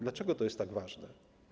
Dlaczego to jest tak ważne?